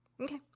Okay